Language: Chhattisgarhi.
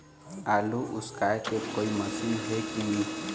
आलू उसकाय के कोई मशीन हे कि नी?